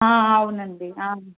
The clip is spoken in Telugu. అవునండి